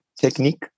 technique